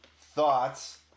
thoughts